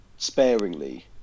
sparingly